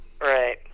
Right